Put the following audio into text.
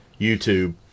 YouTube